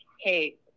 hey